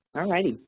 alrighty.